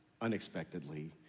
unexpectedly